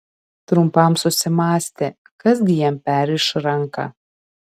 trumpam susimąstė kas gi jam perriš ranką